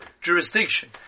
jurisdiction